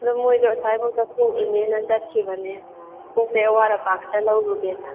ꯑꯗꯣ ꯃꯣꯏꯗꯣ ꯑꯁ꯭ꯋꯥꯏꯐꯥꯎꯕꯗ ꯊꯣꯛꯎꯅꯦꯅ ꯆꯠꯈꯤꯕꯅꯦ ꯄꯣꯠꯆꯩ ꯑꯋꯥꯠ ꯑꯄꯥ ꯈꯔ ꯂꯧꯔꯨꯒꯦꯅ